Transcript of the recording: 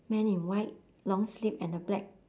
men in white long sleeve and the black